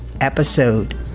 episode